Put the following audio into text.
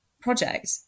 project